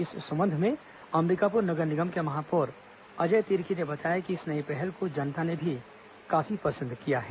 इस संबंध में अंबिकापुर नगर निगम के महापौर अजय तिर्की ने बताया कि इस नई पहल को जनता ने भी काफी पसंद किया है